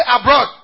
abroad